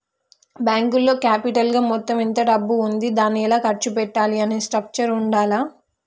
బ్యేంకులో క్యాపిటల్ గా మొత్తం ఎంత డబ్బు ఉంది దాన్ని ఎలా ఖర్చు పెట్టాలి అనే స్ట్రక్చర్ ఉండాల్ల